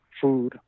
food